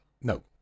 No